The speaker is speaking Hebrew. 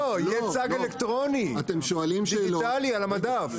לא, יהיה צג אלקטרוני, דיגיטלי, על המדף.